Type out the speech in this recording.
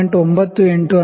98 ಅಂದರೆ 0